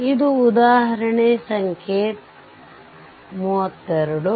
ಇದು ಉದಾಹರಣೆ ಸಂಖ್ಯೆ 32